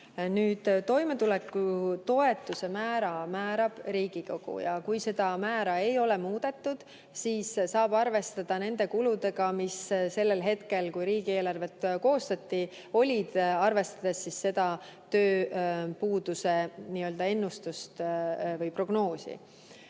Toimetulekutoetuse määra määrab Riigikogu ja kui seda määra ei ole muudetud, siis sai arvestada nende kuludega, mis sellel hetkel, kui riigieelarvet koostati, olid, arvestades tööpuuduse ennustust või prognoosi.